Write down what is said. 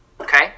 Okay